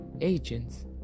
agents